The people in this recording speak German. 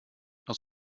aus